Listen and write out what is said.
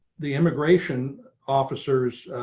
the immigration officers,